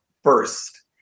first